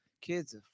Kids